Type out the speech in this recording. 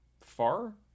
far